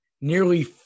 Nearly